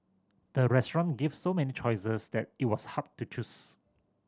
the restaurant gave so many choices that it was hard to choose